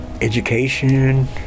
education